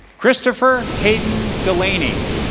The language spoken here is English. christopher hayden delaney.